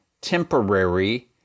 temporary